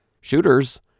shooters